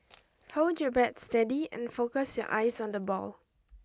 hold your bat steady and focus your eyes on the ball